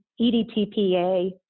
EDTPA